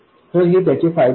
तर हे त्याचे फायदे आहेत